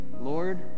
Lord